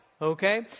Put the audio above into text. Okay